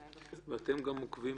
דקל, בבקשה.